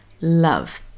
love